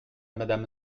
madame